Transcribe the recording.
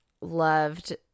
loved –